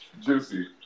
Juicy